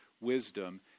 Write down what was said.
wisdom